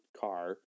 car